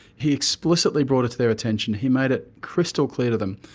he explicitly brought it to their attention, he made it crystal clear to them.